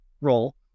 role